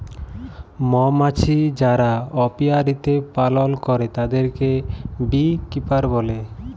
মমাছি যারা অপিয়ারীতে পালল করে তাদেরকে বী কিপার বলে